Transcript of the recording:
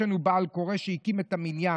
יש לנו בעל קורא שהקים את המניין,